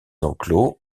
enclos